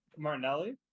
martinelli